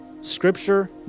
Scripture